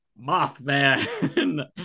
Mothman